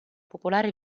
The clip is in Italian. popolare